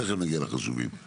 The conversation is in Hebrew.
תכף נגיע לחשובים.